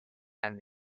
and